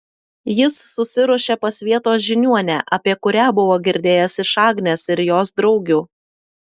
jis susiruošė pas vietos žiniuonę apie kurią buvo girdėjęs iš agnės ir jos draugių